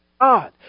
God